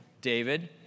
David